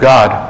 God